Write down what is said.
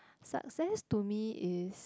success to me is